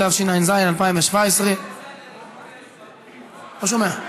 התשע"ז 2017. לא שומע.